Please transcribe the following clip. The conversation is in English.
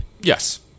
Yes